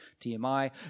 TMI